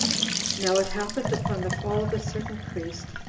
now it happened, upon the fall of a certain priest,